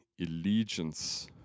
allegiance